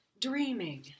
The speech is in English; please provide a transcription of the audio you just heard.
dreaming